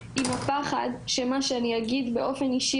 עם הפחד שמה שאני אגיד באופן אישי